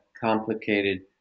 complicated